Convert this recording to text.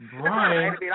Brian –